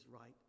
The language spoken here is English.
right